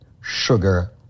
sugar